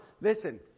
listen